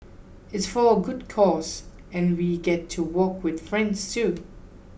it's for a good cause and we get to walk with friends too